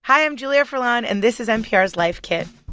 hi. i'm julia furlan. and this is npr's life kit